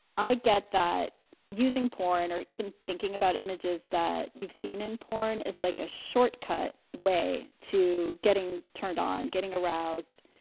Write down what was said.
i get that using porn or even thinking about images that you've seen in porn is like a shortcut way to getting turned on getting aroused.